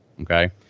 Okay